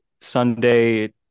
Sunday